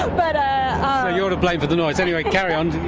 ah but you're to blame for the noise! anyway, carry on.